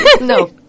No